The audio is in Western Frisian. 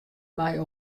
mei